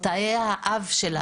תאי האב,